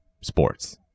sports